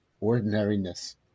ordinariness